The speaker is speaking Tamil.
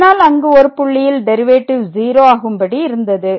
அதனால் அங்கு ஒரு புள்ளியில் டெரிவேட்டிவ் 0 ஆகும்படி இருந்தது